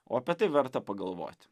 o apie tai verta pagalvoti